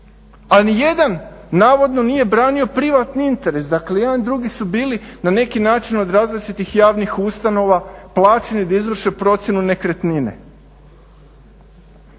A ni jedan navodno nije branio privatni interes, dakle i jedan i drugi su bili na neki način od različitih javnih ustanova plaćeni da izvrše procjenu nekretnine.